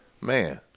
Man